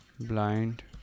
blind